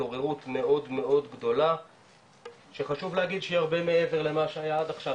מהתעוררות מאוד גדולה שחשוב להגיד שהיא הרבה מעבר למה שהיה עד עכשיו,